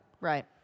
Right